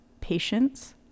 patience